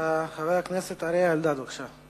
חבר הכנסת אריה אלדד, בבקשה.